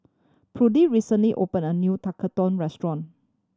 Prudie recently opened a new Tekkadon restaurant